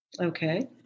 okay